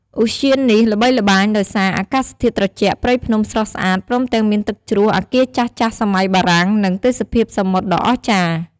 ឧទ្យាននេះល្បីល្បាញដោយសារអាកាសធាតុត្រជាក់ព្រៃភ្នំស្រស់ស្អាត ព្រមទាំងមានទឹកជ្រោះ អគារចាស់ៗសម័យបារាំង និងទេសភាពសមុទ្រដ៏អស្ចារ្យ។